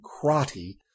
Crotty